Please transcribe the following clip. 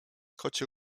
kocie